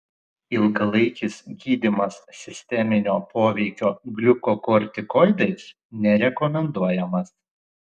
ilgalaikis gydymas sisteminio poveikio gliukokortikoidais nerekomenduojamas